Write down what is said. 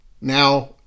now